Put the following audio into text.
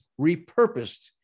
repurposed